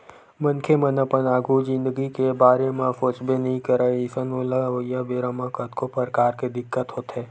मनखे मन अपन आघु जिनगी के बारे म सोचबे नइ करय अइसन ओला अवइया बेरा म कतको परकार के दिक्कत होथे